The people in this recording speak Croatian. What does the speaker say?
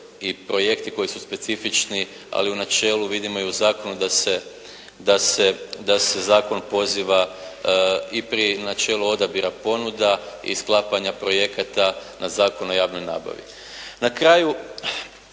i projekti koji su specifični ali u načelu vidimo i u zakonu da se zakon poziva i prije načela odabira ponuda i sklapanja projekata na Zakon o javnoj nabavi. Na kraju,